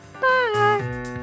Bye